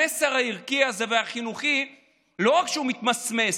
המסר הערכי הזה והחינוכי לא רק שהוא מתמסמס,